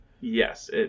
Yes